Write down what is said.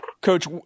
coach